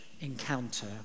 encounter